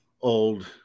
old